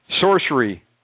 Sorcery